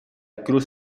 cruz